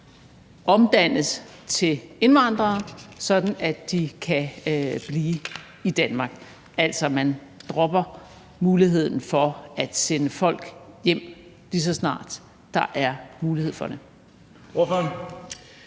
omdannes til indvandrere, sådan at de kan blive i Danmark, altså at man dropper muligheden for at sende folk hjem, lige så snart der er mulighed for det?